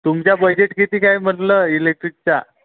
तुमचा बजेट किती काय म्हटलं इलेक्ट्रिकचा